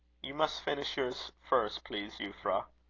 you must finish yours first, please, euphra.